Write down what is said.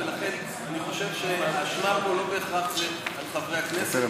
ולכן אני חושב שהאשמה פה לא בהכרח בחברי הכנסת.